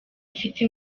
afite